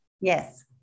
yes